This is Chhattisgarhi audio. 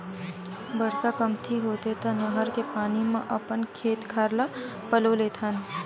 बरसा कमती होथे त नहर के पानी म अपन खेत खार ल पलो लेथन